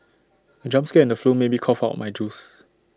the jump scare in the film made me cough out my juice